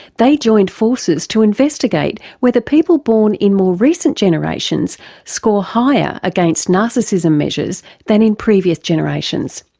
they joined forces to investigate whether people born in more recent generations score higher against narcissism measures than in previous generations.